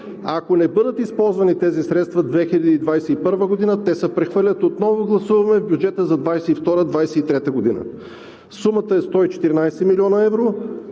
Ако не бъдат използвани тези средства 2021 г., те се прехвърлят – отново гласуваме, в бюджета за 2022 – 2023 г. Сумата е 114 млн. евро.